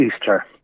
Easter